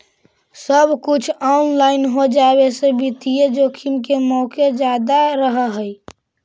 सब कुछ ऑनलाइन हो जावे से वित्तीय जोखिम के मोके जादा रहअ हई